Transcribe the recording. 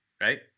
right